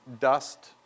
dust